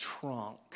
trunk